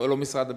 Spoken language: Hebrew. או משרד הביטחון,